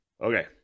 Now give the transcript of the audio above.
Okay